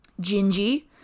Gingy